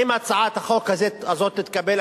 אם הצעת החוק הזאת תתקבל,